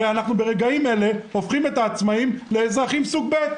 הרי ברגעים אלה אנחנו הופכים את העצמאים לאזרחים סוג ב'.